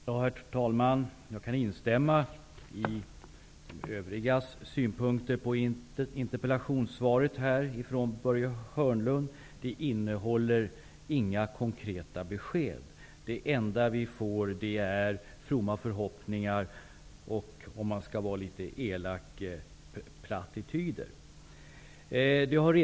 Herr talman! Jag kan instämma i övrigas synpunkter på interpellationssvaret från Börje Hörnlund. Det innehåller inga konkreta besked. Det enda vi får är fromma förhoppningar och, om man skall vara litet elak, plattityder.